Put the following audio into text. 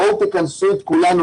בואו תכנסו את כולנו.